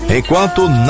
Enquanto